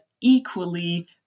equally